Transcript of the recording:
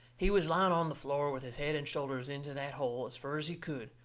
he was lying on the floor with his head and shoulders into that hole as fur as he could,